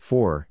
Four